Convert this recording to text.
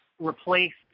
replaced